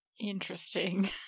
Interesting